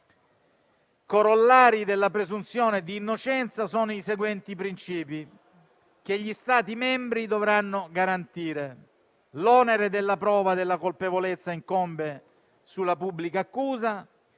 Corollari della presunzione di innocenza sono i seguenti principi, che gli Stati membri dovranno garantire: l'onere della prova della colpevolezza incombe sulla pubblica accusa;